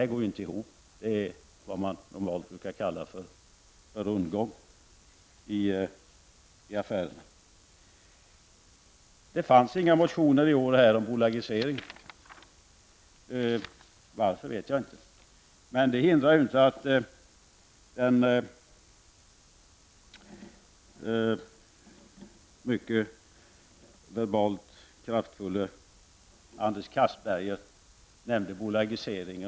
Det går inte ihop. Det är vad man normalt kallar för rundgång i affärer. Det fanns inga motioner i år om bolagisering. Varför vet jag inte. Men det hindrar ju inte att den mycket verbalt kraftfulle Anders Castberger nämnde bolagisering.